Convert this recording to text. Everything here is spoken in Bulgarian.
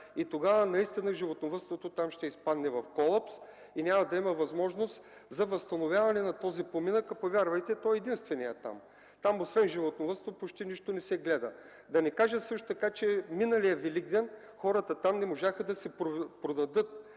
Тогава животновъдството там ще изпадне в колапс и няма да има възможност за възстановяване на този поминък. Повярвайте, той е единственият там – освен животновъдство, почти нищо не се гледа. Да не кажа, че миналия Великден хората там не можаха да си продадат